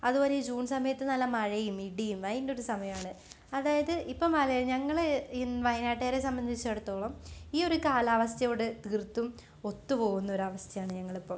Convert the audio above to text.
അതുപോലെ ഈ ജൂൺ സമയത്ത് നല്ല മഴയും ഇടിയും അതിന്റെയൊരു സമയമാണ് അതായത് ഇപ്പം ഞങ്ങള് ഈ വയനാട്ടുകാരെ സംബന്ധിച്ചെടത്തോളം ഈയൊരു കാലാവസ്ഥയോട് തീർത്തും ഒത്തുപോകുന്നൊരു അവസ്ഥയാണ് ഞങ്ങളിപ്പോള്